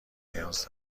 نیاز